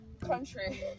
country